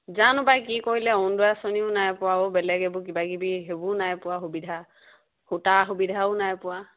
জানো পাই কি কৰিলে অৰুণোদয় আঁচনিও নাই পোৱা আৰু বেলেগ এইবোৰ কিবা কিবি সেইবোৰো নাই পোৱা সুবিধা সূতা সুবিধাও নাই পোৱা